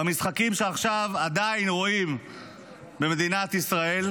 במשחקים שעכשיו עדיין רואים במדינת ישראל,